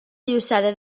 llossada